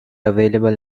available